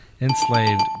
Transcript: enslaved